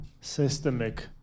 systemic